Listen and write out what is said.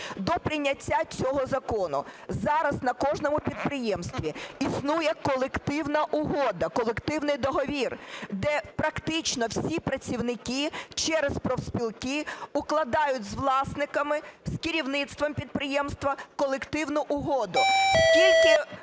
До прийняття цього закону зараз на кожному підприємстві існує колективна угода, колективний договір, де практично всі працівники через профспілки укладають з власниками, з керівництвом підприємства колективну угоду: